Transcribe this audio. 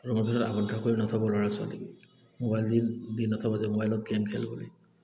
ৰূমৰ ভিতৰত আৱদ্ধ কৰি নথব ল'ৰা ছোৱালীক মোবাইল দিন দি নথব যে মোবাইলত গে'ম খেলবলৈ